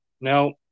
Now